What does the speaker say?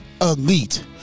Elite